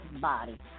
body